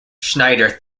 schneider